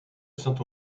saint